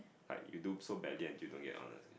like you do so badly until you don't get honours